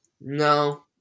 No